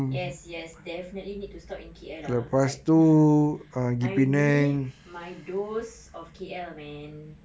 yes yes definitely need to stop in K_L lah like I need my dose of K_L man